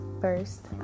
first